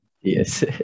Yes